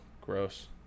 Gross